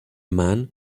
man